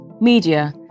media